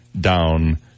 down